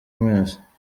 mwese